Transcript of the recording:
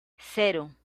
cero